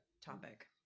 topic